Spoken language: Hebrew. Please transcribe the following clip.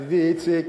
ידידי איציק,